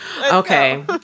Okay